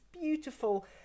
beautiful